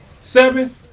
Seven